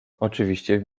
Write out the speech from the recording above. oczywiście